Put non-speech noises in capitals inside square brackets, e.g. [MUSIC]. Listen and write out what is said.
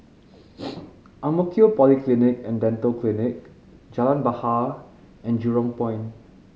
[NOISE] Ang Mo Kio Polyclinic and Dental Clinic Jalan Bahar and Jurong Point